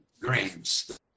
grains